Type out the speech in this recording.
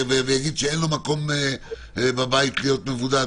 אם יגיד שאין לו מקום בבית להיות מבודד?